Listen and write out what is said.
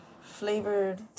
flavored